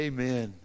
Amen